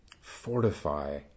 fortify